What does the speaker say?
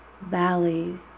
valley